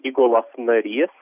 įgulos narys